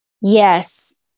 Yes